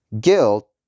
Guilt